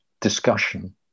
discussion